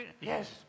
Yes